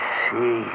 see